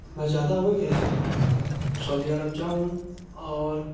میں چاہتا ہوں کہ شعودی عرب جاؤں اور